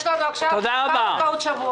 יש לנו את חנוכה בעוד שבועיים.